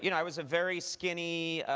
you know i was a very skinny,